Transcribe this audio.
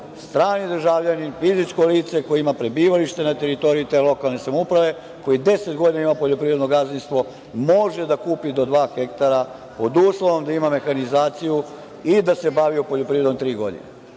strani državljanin, fizičko lice koje ima prebivalište na teritoriji te lokalne samouprave, koji deset godina ima poljoprivredno gazdinstvo može da kupi do dva hektara, pod uslovom da ima mehanizaciju i da se bavio poljoprivredom tri godine.